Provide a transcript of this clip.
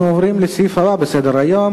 אנחנו עוברים לסעיף הבא בסדר-היום,